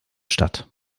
stadt